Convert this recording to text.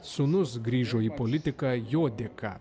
sūnus grįžo į politiką jo dėka